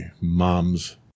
mom's